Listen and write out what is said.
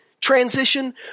transition